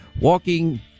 walking